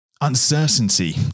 uncertainty